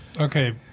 Okay